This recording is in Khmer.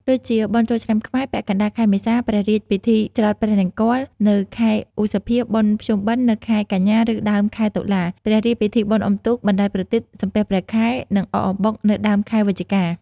ដូចជាបុណ្យចូលឆ្នាំខ្មែរ ពាក់កណ្ដាលខែមេសា ព្រះរាជពិធីច្រត់ព្រះនង្គ័ល នៅខែឧសភា បុណ្យភ្ជុំបិណ្ឌ នៅខែកញ្ញា ឬដើមខែតុលា ព្រះរាជពិធីបុណ្យអុំទូក បណ្ដែតប្រទីប សំពះព្រះខែ និងអកអំបុក នៅដើមខែវិច្ឆិកា។